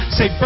Say